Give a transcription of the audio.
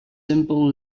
simple